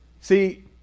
See